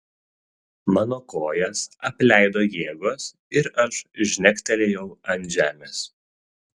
mano kojas apleido jėgos ir aš žnegtelėjau ant žemės